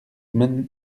men